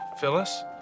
Phyllis